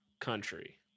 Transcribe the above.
country